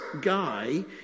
guy